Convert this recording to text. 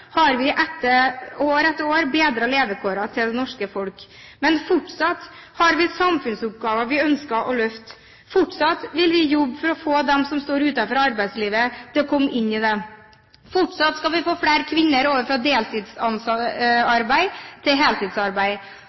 vi år etter år bedret levekårene til det norske folk. Men fortsatt har vi samfunnsoppgaver vi ønsker å løfte. Fortsatt vil vi jobbe for å få dem som står utenfor arbeidslivet, til å komme inn i det. Fortsatt skal vi få flere kvinner over fra deltidsarbeid til heltidsarbeid.